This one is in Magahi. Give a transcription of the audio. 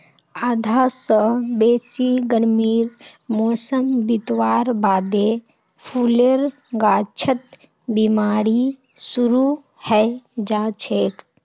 आधा स बेसी गर्मीर मौसम बितवार बादे फूलेर गाछत बिमारी शुरू हैं जाछेक